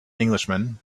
englishman